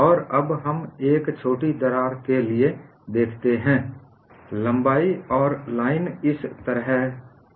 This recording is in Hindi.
और अब हम एक छोटी दरार के लिए देखते हैं लंबाई और लाइन इस तरह है